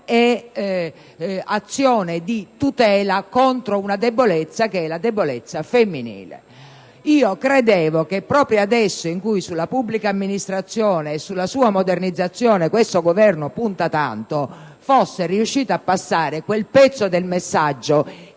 e azione di tutela contro una debolezza, che è la debolezza femminile. Io credevo che, proprio adesso che sulla pubblica amministrazione e sulla sua modernizzazione questo Governo punta tanto, fosse riuscito a passare quel pezzo del messaggio